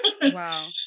wow